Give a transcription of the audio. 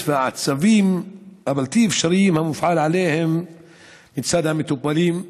והעצבים הבלתי-אפשריים שמופעלים עליהם מצד המטופלים.